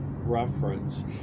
reference